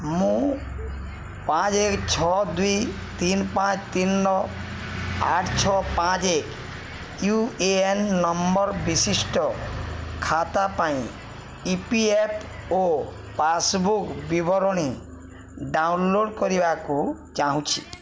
ମୁଁ ପାଞ୍ଚ ଏକ ଛଅ ଦୁଇ ତିନି ତିନି ପାଞ୍ଚ ତିନି ନଅ ଆଠ ଛଅ ପାଞ୍ଚ ଏକ ୟୁ ଏ ଏନ୍ ନମ୍ବର୍ ବିଶିଷ୍ଟ ଖାତା ପାଇଁ E P F O passbook ବିବରଣୀ ଡାଉନଲୋଡ଼୍ କରିବାକୁ ଚାହୁଁଛି